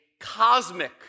cosmic